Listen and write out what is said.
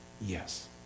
Yes